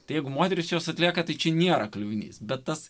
tegu moterys jos atlieka tik čia nėra kliuvinys bet tas